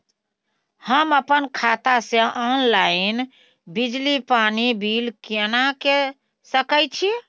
हम अपन खाता से ऑनलाइन बिजली पानी बिल केना के सकै छी?